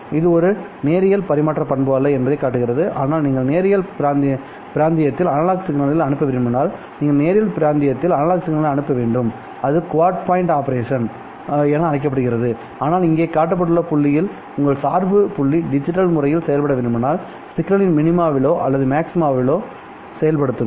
இது ஒரு நேரியல் பரிமாற்ற பண்பு அல்ல என்பதைக் காட்டுகிறது ஆனால் நீங்கள் நேரியல் பிராந்தியத்தில் அனலாக் சிக்னல்களில் அனுப்ப விரும்பினால்நீங்கள் நேரியல் பிராந்தியத்தில் அனலாக் சிக்னல்களில் அனுப்ப வேண்டும்இது குவாட் பாயிண்ட் ஆபரேஷன் என அழைக்கப்படுகிறது ஆனால் இங்கே காட்டப்பட்டுள்ள புள்ளியில் உங்கள் சார்பு புள்ளி டிஜிட்டல் முறையில் செயல்பட விரும்பினால்சிக்னலின் மினிமாவிலோ அல்லது மேக்ஸிம குட் செயல்படுத்துங்கள்